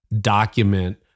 document